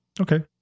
Okay